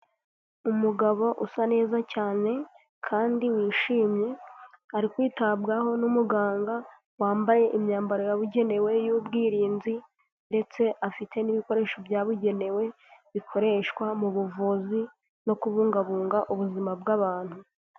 Umugabo usa neza cyane kandi wishimye ari kwitabwaho n'umuganga, wambaye imyambaro yabugenewe y'ubwirinzi, ndetse afite n'ibikoresho byabugenewe bikoreshwa mu buvuzi no kubungabunga ubuzima bw'abantu.